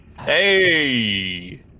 Hey